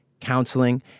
counseling